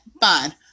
fine